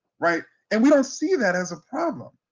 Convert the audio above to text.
right? and we don't see that as a problem,